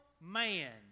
man